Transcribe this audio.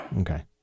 Okay